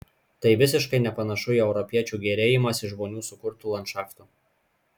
tai visiškai nepanašu į europiečių gėrėjimąsi žmonių sukurtu landšaftu